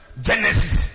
Genesis